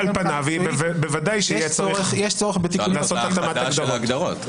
על פניו צריך לעשות התאמת הגדרות.